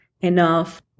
enough